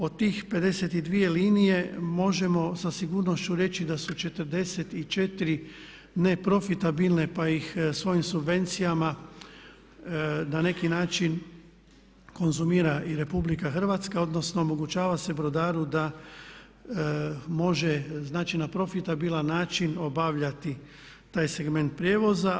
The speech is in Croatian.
Od tih 52 linije možemo sa sigurnošću reći da su 44 neprofitabilne pa ih svojim subvencijama na neki način konzumira i RH odnosno omogućava se brodaru da može znači na profitabilan način obavljati taj segment prijevoza.